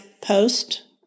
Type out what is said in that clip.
post